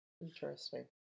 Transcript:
Interesting